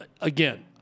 again